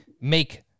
make